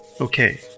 Okay